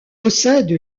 possède